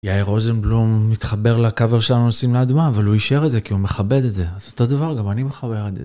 יאיר רוזנבלום מתחבר לקאבר שלנו נוסעים לאדמה, אבל הוא אישר את זה כי הוא מכבד את זה. אז אותו דבר, גם אני מכבד את זה.